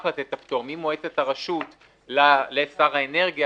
לתת את הפטור ממועצת הרשות לשר האנרגיה,